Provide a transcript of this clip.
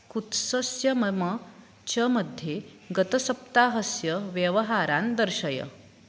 कुत्सस्य मम च मध्ये गतसप्ताहस्य व्यवहारान् दर्शय